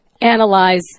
analyze